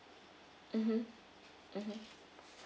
mmhmm mmhmm